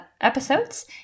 episodes